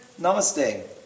namaste